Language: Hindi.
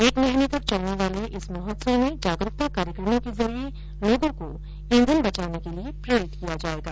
एक महीने तक चलने वाले इस महोत्सव में जागरूकता कार्यक्रमों के जरिये लोगों को ईंधन बचाने के लिए प्रेरित किया जायेगा